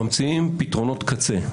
ממציאים פתרונות קצה,